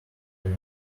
pail